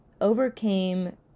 overcame